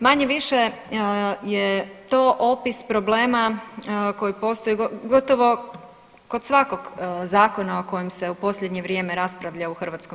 Manje-više je to opis problema koji postoje gotovo kod svakog zakona o kojem se u posljednje vrijeme raspravlja u HS.